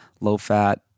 low-fat